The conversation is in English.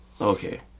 Okay